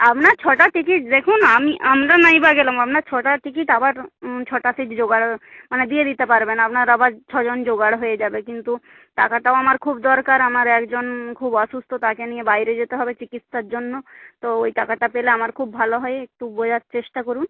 আপনার ছটা টিকিট দেখুন আমি আমরা নাই বা গেলাম আপনার ছটা টিকিট আবার ছটা সিট জোগাড় মানে দিয়ে দিতে পারবেন আপনার আবার ছ জন জোগাড় হয়ে যাবে কিন্তু টাকাটাও আমার খুব দরকার আমার একজন খুব অসুস্থ তাকে নিয়ে বাইরে যেতে হবে চিকিৎসার জন্য তো ওই টাকাটা পেলে আমার খুব ভালো হয় একটু বোঝার চেষ্টা করুন